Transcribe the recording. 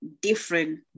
different